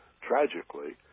tragically